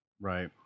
Right